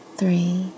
three